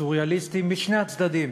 סוריאליסטיים משני הצדדים.